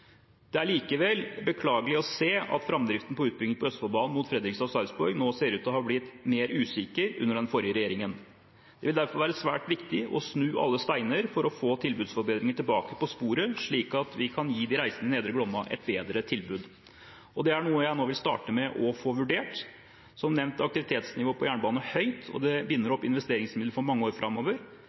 Det er likevel beklagelig å se at framdriften på utbyggingen på Østfoldbanen mot Fredrikstad og Sarpsborg nå ser ut til å ha blitt mer usikker under den forrige regjeringen. Det vil derfor være svært viktig å snu alle steiner for å få tilbudsforbedringer tilbake på sporet, slik at vi kan gi de reisende i Nedre Glomma et bedre tilbud. Det er noe jeg nå vil starte med å få vurdert. Som nevnt er aktivitetsnivået på jernbane høyt, og det binder opp investeringsmidler for mange år framover.